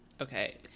Okay